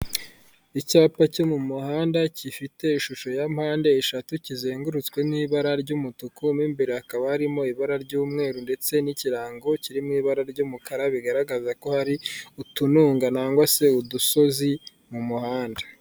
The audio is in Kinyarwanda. Icyapa cyo mu muhanda gifite ishusho ya mpande eshatu kizengurutswe n'ibara ry'umutuku, mo imbere hakaba harimo ibara ry'umweru ndetse n'ikirango kiri mu ibara ry'umukara, bigaragaza ko hari utununga namva se udusozi mu muhanda.